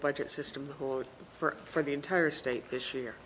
budget system or for the entire state this year